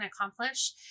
accomplish